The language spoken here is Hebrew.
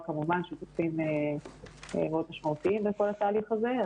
כמובן שותפים מאוד משמעותיים בכל התהליך הזה,